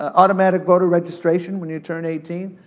ah automatic voter registration when you turn eighteen,